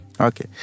okay